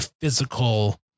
physical